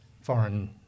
foreign